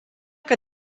que